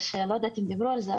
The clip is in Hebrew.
לא יודעת אם דיברו על זה,